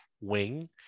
wing